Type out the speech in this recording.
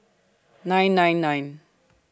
nine nine nine